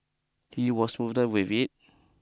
he was with it